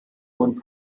und